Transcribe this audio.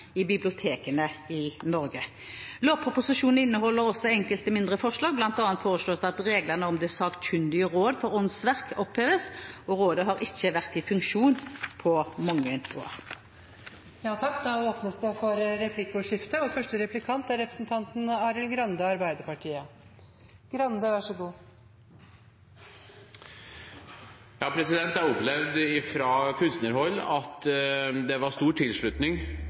i bibliotekene i Norge. Lovproposisjonen inneholder også enkelte mindre forslag. Blant annet foreslås det at reglene om Det sakkyndige råd for åndsverker oppheves. Rådet har ikke vært i funksjon på mange år. Det åpnes for replikkordskifte. Jeg har opplevd at det var stor tilslutning